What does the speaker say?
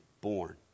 born